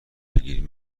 بگیر